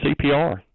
cpr